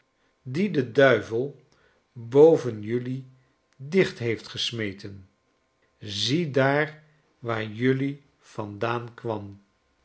die de duivelboven jelui dicht heeft gesmeten ziedaar waar jelui vandaan kwam